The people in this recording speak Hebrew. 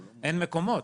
אין מקומות.